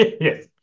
Yes